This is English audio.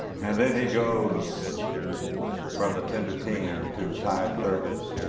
then he goes from the tender teen to the tired thirties,